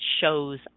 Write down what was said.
shows